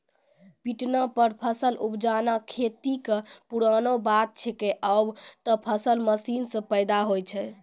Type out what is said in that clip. पिटना पर फसल उपजाना खेती कॅ पुरानो बात छैके, आबॅ त फसल मशीन सॅ पैदा होय छै